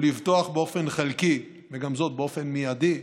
הוא לפתוח באופן חלקי, וגם זאת באופן מיידי,